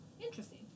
Interesting